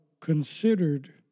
considered